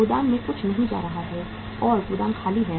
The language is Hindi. गोदाम में कुछ नहीं जा रहा है और गोदाम खाली है